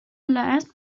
last